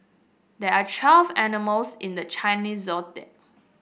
there are twelve animals in the Chinese Zodiac